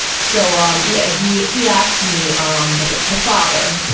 so um, yeah he he asked me, umm, the the father,